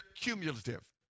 cumulative